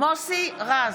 מוסי רז,